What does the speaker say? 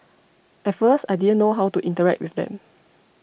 at first I didn't know how to interact with them